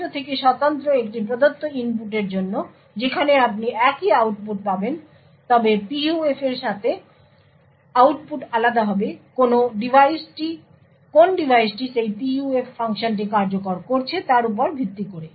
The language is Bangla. যন্ত্র থেকে স্বতন্ত্র একটি প্রদত্ত ইনপুটের জন্য সেখানে আপনি একই আউটপুট পাবেন তবে PUF এর সাথে আউটপুট আলাদা হবে কোন ডিভাইসটি সেই PUF ফাংশনটি কার্যকর করছে তার উপর ভিত্তি করে